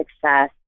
success